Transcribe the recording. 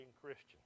Christian